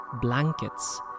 blankets